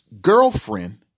girlfriend